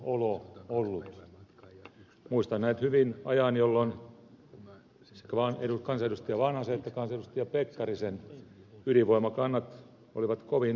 muistan näet hyvin ajan jolloin sekä kansanedustaja vanhasen että kansanedustaja pekkarisen ydinvoimakannat olivat kovin toisenlaiset